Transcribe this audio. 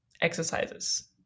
exercises